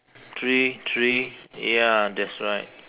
three three ya that's right